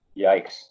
yikes